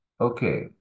Okay